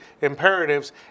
imperatives